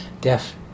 deaf